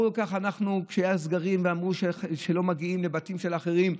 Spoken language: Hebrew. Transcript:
כשהיו סגרים ואמרו שלא מגיעים לבתים של אחרים,